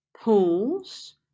pools